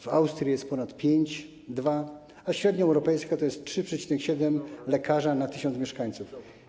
W Austrii jest ponad 5,2, a średnia europejska to jest 3,7 lekarza na 1 tys. mieszkańców.